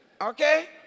Okay